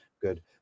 good